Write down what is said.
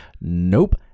Nope